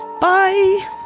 Bye